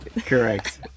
Correct